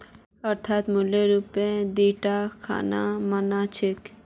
अर्थशास्त्रक मूल रूपस दी टा शाखा मा न छेक